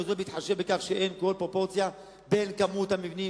וזאת בהתחשב בכך שאין כל פרופורציה מבחינת מספר המבנים